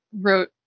wrote